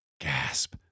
gasp